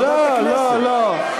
לא, לא.